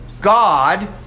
God